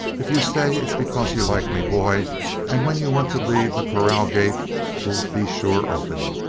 if you stay it's because you like me, boy and when you want to leave the corral gate will be sure open.